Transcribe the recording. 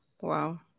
Wow